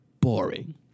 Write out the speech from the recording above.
boring